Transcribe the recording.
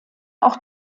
auch